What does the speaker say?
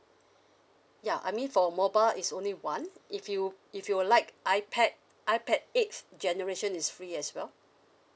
ya I mean for mobile it's only one if you if you would like ipad ipad eighth generation is free as well